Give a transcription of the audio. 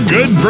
Good